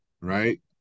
right